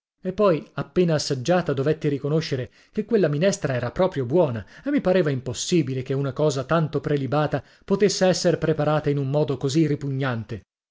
e poi appena assaggiata dovetti riconoscere che quella minestra era proprio buona e mi pareva impossibile che una cosa tanto prelibata potesse esser preparata in un modo così ripugnante